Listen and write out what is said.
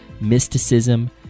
mysticism